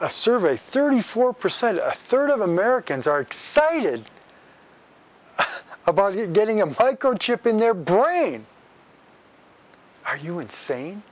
a survey thirty four percent a third of americans are excited about getting a microchip in their brain are you insane